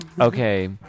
Okay